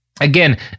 Again